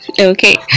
okay